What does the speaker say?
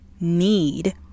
need